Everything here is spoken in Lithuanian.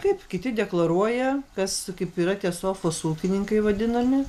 taip kiti deklaruoja kas kaip yra tie sofos ūkininkai vadinami